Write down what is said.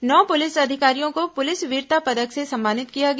नौ police अधिकारियों को police वीरता पदक से सम्मानित किया गया